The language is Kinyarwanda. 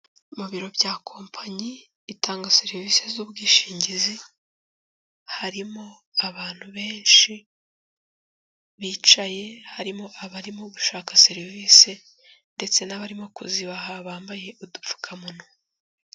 Mu biro bya kompanyi itanga serivisi z'ubwishingizi harimo abantu benshi bicaye, harimo abarimo gushaka serivisi ndetse n'abarimo kuzibaha bambaye udupfukamunwa.